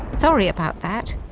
sorry about that.